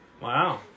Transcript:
Wow